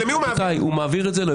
ולמי הוא מעביר את זה?